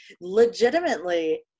legitimately